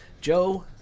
Joe